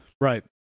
Right